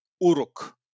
Uruk